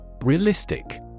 Realistic